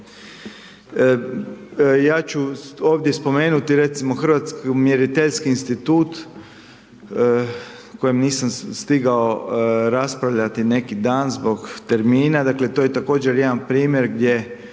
Ja ću ovdje spomenuti Hrvatske miriteljski institut o kojem nisam stigao raspravljati neki dan zbog termina. To je također jedan primjer gdje